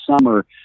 summer